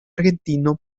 argentino